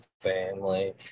family